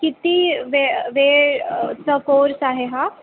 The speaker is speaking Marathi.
किती वे वेळ चा कोर्स आहे हा